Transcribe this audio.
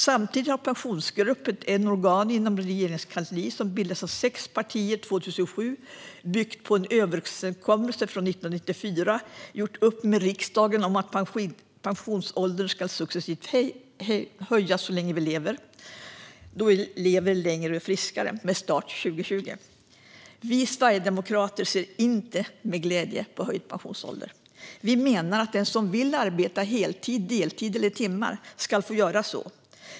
Samtidigt har Pensionsgruppen, ett organ inom Regeringskansliet som bildades av sex partier 2007 och byggt på en överenskommelse från 1994, gjort upp med riksdagen om att pensionsåldern ska höjas successivt, då vi lever längre och är friskare, med start 2020. Vi Sverigedemokrater ser inte med glädje på höjd pensionsålder. Vi menar att den som vill arbeta heltid, deltid eller timmar ska få göra det.